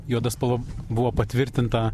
juoda spalva buvo patvirtinta